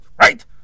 Right